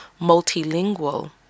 multilingual